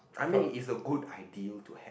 I mean its a good ideal to have